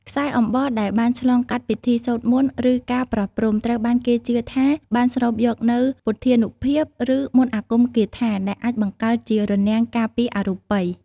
ខ្សែអំបោះដែលបានឆ្លងកាត់ពិធីសូត្រមន្ត ឬការប្រោះព្រំ ត្រូវបានគេជឿថាបានស្រូបយកនូវ ពុទ្ធានុភាព ឬមន្តអាគមគាថា ដែលអាចបង្កើតជា រនាំងការពារអរូបី ។